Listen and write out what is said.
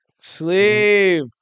Sleep